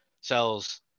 sells